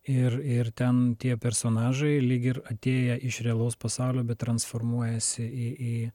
ir ir ten tie personažai lyg ir atėję iš realaus pasaulio bet transformuojasi į į